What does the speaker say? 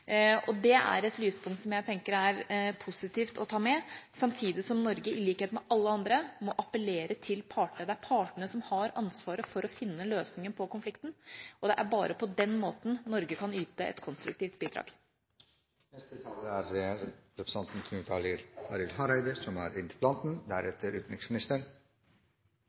Det er et lyspunkt jeg tenker er positivt å ta med, samtidig som Norge i likhet med alle andre må appellere til partene. Det er partene som har ansvaret for å finne løsningen på konflikten, og det er bare på den måten Norge kan yte et konstruktivt bidrag. Eg valde å nemne desse perspektiva fordi dei er